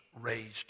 raised